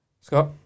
Scott